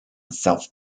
self